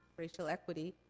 racial equity,